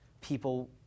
People